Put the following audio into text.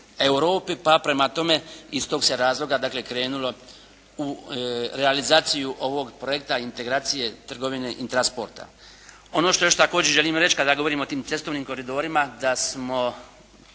pa prema tome iz tog se razloga dakle krenulo u realizaciju ovog projekta integracije trgovine i transporta. Ono što još također želim reći kada govorim o tim cestovnim koridorima da smo